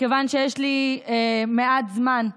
מכיוון שיש לי מעט זמן.